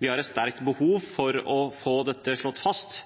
de har et sterkt behov for å få slått fast